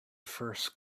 first